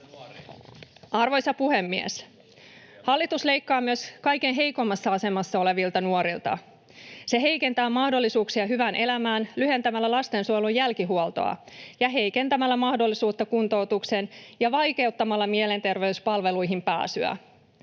Arvoisa puhemies! Hallitus leikkaa myös kaikkein heikoimmassa asemassa olevilta nuorilta. Se heikentää mahdollisuuksia hyvään elämään lyhentämällä lastensuojelun jälkihuoltoa ja heikentämällä mahdollisuutta kuntoutukseen ja vaikeuttamalla mielenterveyspalveluihin pääsyä.